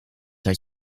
had